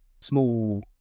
small